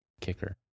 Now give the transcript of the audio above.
kicker